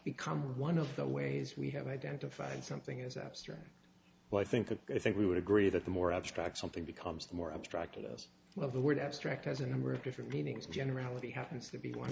become one of the ways we have identified something is abstract but i think that i think we would agree that the more abstract something becomes the more obstructive of the word abstract as a number of different meanings of generality happens to be one